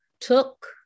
took